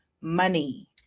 money